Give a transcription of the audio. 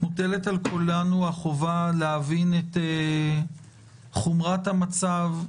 מוטלת על כולנו החובה להבין את חומרת המצב,